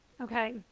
Okay